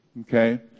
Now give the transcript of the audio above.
Okay